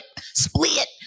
split